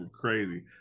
crazy